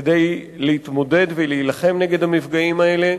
כדי להתמודד ולהילחם נגד המפגעים האלה,